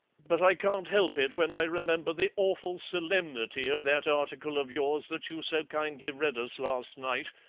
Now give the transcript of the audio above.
but i can't help it when i remember the awful solemnity of that article of yours that you so kindly read us last night,